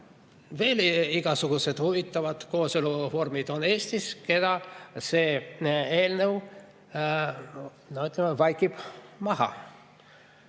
Veel igasugused huvitavad kooselu vormid on Eestis, mis see eelnõu vaikib maha.